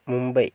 Mumbai